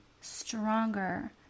stronger